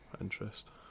interest